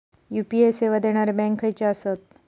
UPI सेवा देणारे bank खयचे आसत?